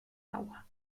agua